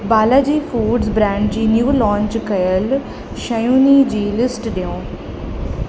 Balaji foods brand जी new launch कयल शयुनि जी लिस्ट ॾियो